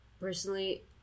Personally